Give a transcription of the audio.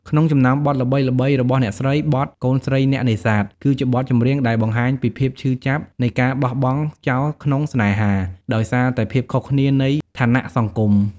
ក្នុងចំណោមបទល្បីៗរបស់អ្នកស្រី បទ កូនស្រីអ្នកនេសាទ គឺជាបទចម្រៀងដែលបង្ហាញពីភាពឈឺចាប់នៃការបោះបង់ចោលក្នុងស្នេហា ដោយសារតែភាពខុសគ្នានៃឋានៈសង្គម។